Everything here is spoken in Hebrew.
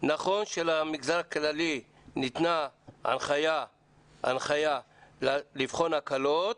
נכון שלמגזר הכללי ניתנה הנחייה לבחון הקלות,